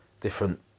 different